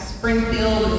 Springfield